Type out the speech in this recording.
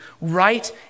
Right